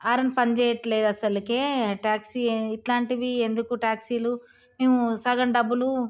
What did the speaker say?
horn పనిచయట్లేదు అసలు taxi ఇట్లాంటివి ఎందుకు ట్యాక్సీలు సగం డబ్బులు